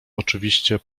oczywiście